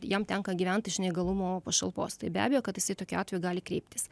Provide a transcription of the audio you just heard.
jam tenka gyventi iš neįgalumo pašalpos tai be abejo kad jisai tokiu atveju gali kreiptis